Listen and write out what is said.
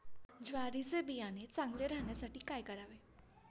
ज्वारीचे बियाणे चांगले राहण्यासाठी काय करावे?